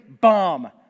bomb